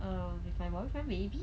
um with my boyfriend maybe